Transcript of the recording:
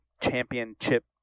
championship